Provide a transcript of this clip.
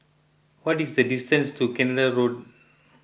what is the distance to Canada Road